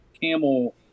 camel